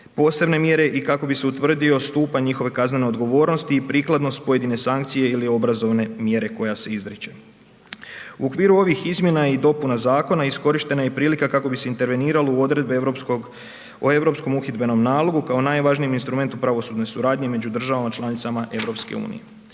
posebne mjere i kako bi se utvrdio stupanj njihove kaznene odgovornosti i prikladnost pojedine sankcije ili obrazovne mjere koja se izriče. U okviru ovih izmjena i dopuna zakona iskorištena je prilika kako bise interveniralo u odredbe o europskom uhidbenom nalogu kao najvažnijem instrumentu pravosudne suradnje među državama članicama EU-a.